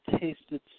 tasted